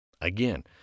Again